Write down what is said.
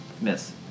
Miss